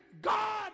God